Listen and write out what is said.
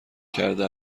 کرده